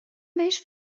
بهش